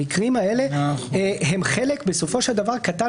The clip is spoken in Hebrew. המקרים האלה הם בסופו של דבר חלק קטן